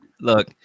Look